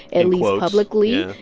at least publicly.